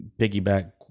piggyback